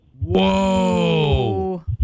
Whoa